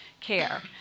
care